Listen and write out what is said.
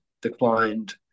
declined